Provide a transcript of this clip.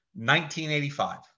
1985